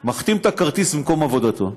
מחתים את הכרטיס במקום עבודתו,